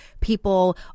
people